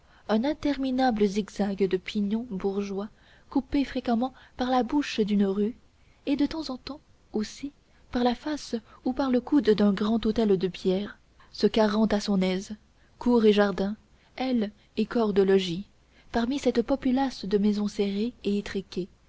un interminable zigzag de pignons bourgeois coupé fréquemment par la bouche d'une rue et de temps en temps aussi par la face ou par le coude d'un grand hôtel de pierre se carrant à son aise cours et jardins ailes et corps de logis parmi cette populace de maisons serrées et étriquées